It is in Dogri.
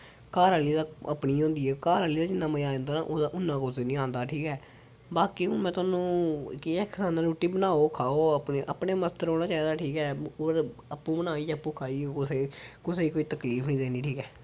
घर आह्ली दा अपनी ई होंदी ऐ घर आह्ली दा जिन्ना मज़ा आंदा ना ओह्दा उ'न्ना कुदै निं आंदा ठीक ऐ बाकी हून में थाह्नू कि'यां आक्खां रुट्टी बनाओ खाओ अपने अपने मस्त रौह्ना चाहिदा ठीक ऐ होर आपूं बनाई आपूं खाई कुसै गी कोई तकलीफ निं देनी ठीक ऐ